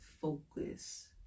focus